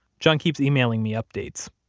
john keeps emailing me updates.